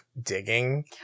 digging